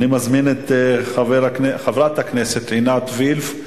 אני מזמין את חברת הכנסת עינת וילף,